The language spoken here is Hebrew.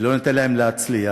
ולא ניתן להם להצליח